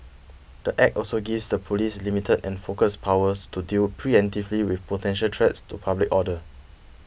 the Act also gives the police limited and focused powers to deal pre emptively with potential threats to public order